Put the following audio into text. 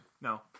no